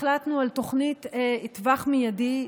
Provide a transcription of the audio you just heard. החלטנו על תוכנית לטווח מיידי,